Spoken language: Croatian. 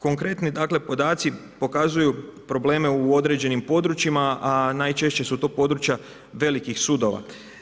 Konkretni dakle podaci pokazuju probleme u određenim područjima, a najčešće su to područja velikih sudova.